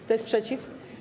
Kto jest przeciw?